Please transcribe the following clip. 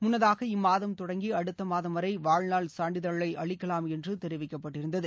முன்னதாக இம்மாதம் தொடங்கி அடுத்த மாதம் வரை வாழ்நாள் சான்றிதழை அளிக்கலாம் என்று தெரிவிக்கப்பட்டிருந்தது